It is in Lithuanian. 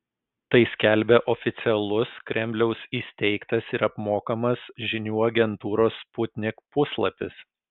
tai skelbia oficialus kremliaus įsteigtas ir apmokamas žinių agentūros sputnik puslapis